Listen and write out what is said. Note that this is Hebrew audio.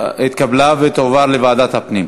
לסדר-היום ולהעביר את הנושא לוועדת הפנים